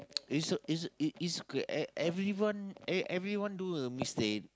it's o~ it's it's okay ev~ everyone ev~ everyone do a mistake